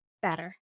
better